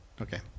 okay